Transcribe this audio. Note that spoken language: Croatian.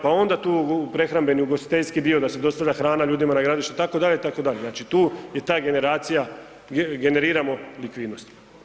Pa onda tu prehrambeni i ugostiteljski dio da se dostavlja hrana ljudima na gradilištu itd. itd., znači tu je ta generacija, generiramo likvidnost.